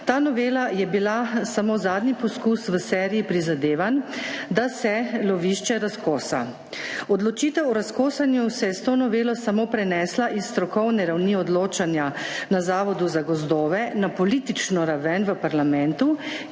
Ta novela je bila samo zadnji poskus v seriji prizadevanj, da se lovišče razkosa. Odločitev o razkosanju se je s to novelo samo prenesla iz strokovne ravni odločanja na Zavodu za gozdove na politično raven v parlamentu,